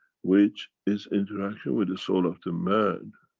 which is interaction with the soul of the man